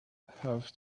have